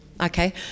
okay